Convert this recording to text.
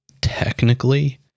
technically